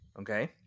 okay